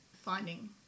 finding